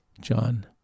John